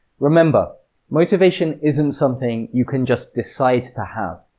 remember motivation isn't something you can just decide to have.